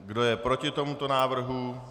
Kdo je proti tomuto návrhu?